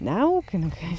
ne ūkininkai